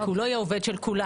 כי הוא לא יהיה עובד של כולם.